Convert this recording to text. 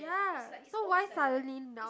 ya so why suddenly now